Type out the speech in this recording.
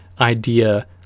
idea